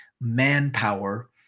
manpower